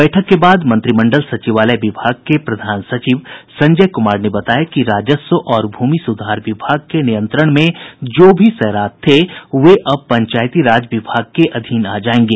बैठक के बाद मंत्रिमंडल सचिवालय विभाग के प्रधान सचिव संजय कुमार ने बताया कि राजस्व और भूमि सुधार विभाग के नियंत्रण में जो भी सैरात थे वे अब पंचायती राज विभाग के अधीन आ जायेंगे